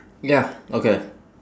ya okay